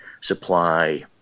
supply